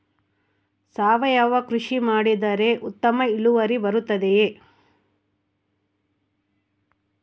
ಸಾವಯುವ ಕೃಷಿ ಮಾಡಿದರೆ ಉತ್ತಮ ಇಳುವರಿ ಬರುತ್ತದೆಯೇ?